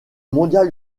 mondial